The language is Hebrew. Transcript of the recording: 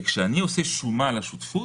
כשאני עושה שומה לשותפות